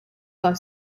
con